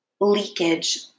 leakage